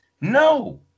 No